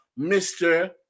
Mr